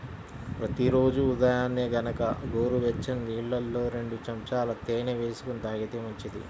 ప్రతి రోజూ ఉదయాన్నే గనక గోరువెచ్చని నీళ్ళల్లో రెండు చెంచాల తేనె వేసుకొని తాగితే మంచిది